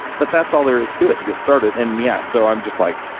but that's all there is to it to get started. and yeah. so, i'm just like,